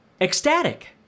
ecstatic